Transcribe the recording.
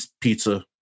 pizza